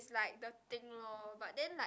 is like the thing lor but then like